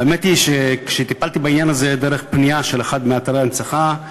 האמת היא שכשטיפלתי בעניין הזה דרך פנייה של אחד מאתרי ההנצחה,